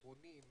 אחרונים,